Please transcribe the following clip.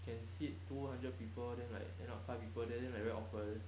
can seat two hundred people then like end up five people then like very awkward like that leh